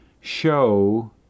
show